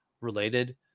related